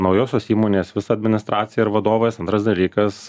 naujosios įmonės visa administracija ir vadovais antras dalykas